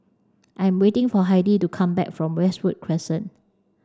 I'm waiting for Heidi to come back from Westwood Crescent